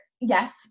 yes